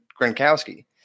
Gronkowski